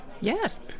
yes